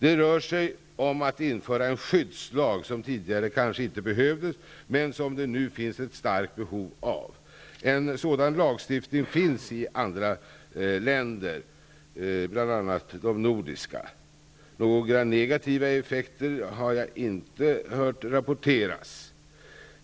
Det rör sig om att införa en skyddslag, som kanske tidigare inte behövdes men som det nu finns ett starkt behov av. En sådan lagstiftning finns i många andra länder, däribland de nordiska. Några negativa effekter har jag inte hört redovisas.